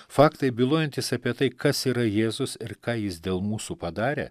faktai bylojantys apie tai kas yra jėzus ir ką jis dėl mūsų padarė